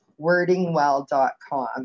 wordingwell.com